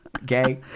Okay